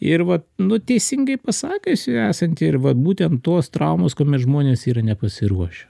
ir vat nu teisingai pasakius jų esant ir vat būtent tos traumos kuomet žmonės yra nepasiruošę